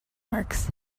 marks